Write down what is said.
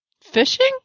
Fishing